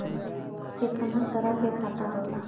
केतना तरह के खाता होला?